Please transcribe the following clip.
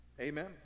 Amen